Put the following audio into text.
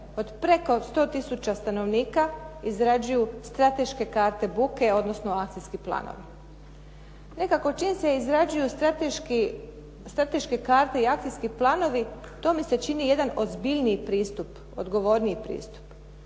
od preko 100 tisuća stanovnika izrađuju strateške karte buke, odnosno akcijski planovi. Nekako čim se izrađuju strateške karte i akcijski planovi, to mi se čini jedan ozbiljniji pristup, odgovorniji pristup.